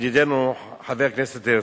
ידידנו חבר הכנסת הרצוג,